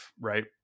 right